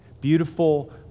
beautiful